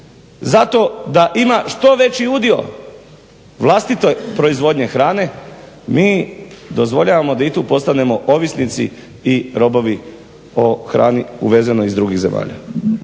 za to da ima što veći udio vlastite proizvodnje hrane, mi dozvoljavamo da i tu postanemo ovisnici i robovi o hrani uvezenoj iz drugih zemalja.